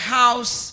house